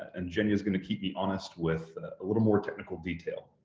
and jenya is going to keep me honest with a little more technical detail,